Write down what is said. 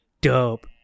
dope